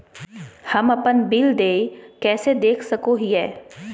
हम अपन बिल देय कैसे देख सको हियै?